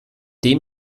dem